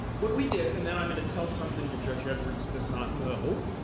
what we did, and then i'm going to tell something that judge edwards does not know,